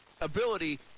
ability